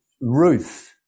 Ruth